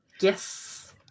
Yes